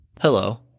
hello